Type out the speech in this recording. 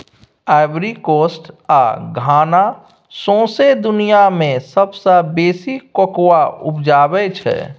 Ivory Coast आ Ghana सौंसे दुनियाँ मे सबसँ बेसी कोकोआ उपजाबै छै